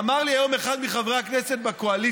אמר לי היום אחד מחברי הכנסת בקואליציה,